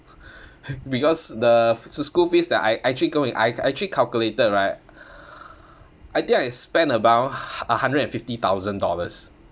because the s~ school fees that I I actually going I I actually calculated right I think I spent about a hundred and fifty thousand dollars